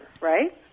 right